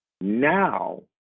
Now